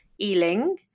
Ealing